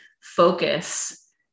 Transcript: focus